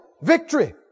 victory